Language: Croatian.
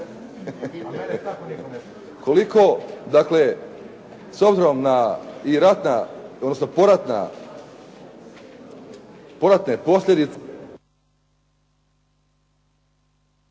Koliko, dakle, s obzirom na i ratna, odnosno poratne posljedice